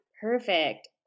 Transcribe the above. Perfect